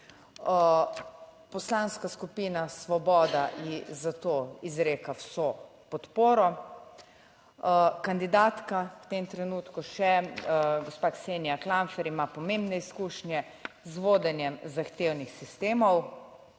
poslanska skupina Svoboda ji za to izreka vso podporo. Kandidatka, v tem trenutku še gospa Ksenija Klampfer, ima pomembne izkušnje z vodenjem zahtevnih sistemov.